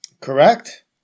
correct